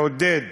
לעודד,